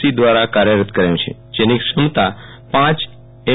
C દ્રારા કાર્યરત કરાયુ છેજેની ક્ષમતા પાંચ એમ